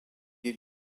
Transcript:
est